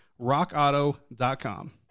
rockauto.com